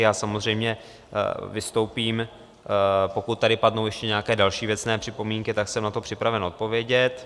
Já samozřejmě vystoupím, pokud tady padnou ještě nějaké další věcné připomínky, tak jsem na to připraven odpovědět.